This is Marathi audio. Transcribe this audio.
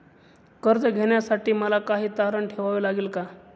कर्ज घेण्यासाठी मला काही तारण ठेवावे लागेल का?